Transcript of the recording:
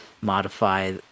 modify